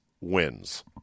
wins